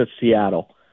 Seattle